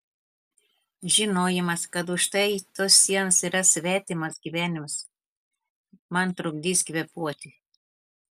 žinojimas kad už štai tos sienos yra svetimas gyvenimas man trukdys kvėpuoti